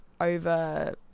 over